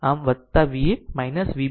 આમ Va Vb ભાગ્યા 4